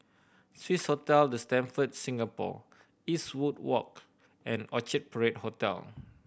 Swissotel The Stamford Singapore Eastwood Walk and Orchard Parade Hotel